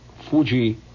Fuji